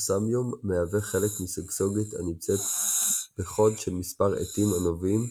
אוסמיום מהווה חלק מסגסוגת הנמצאת בחוד של מספר עטים נובעים,